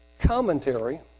Commentary